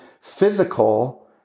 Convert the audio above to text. physical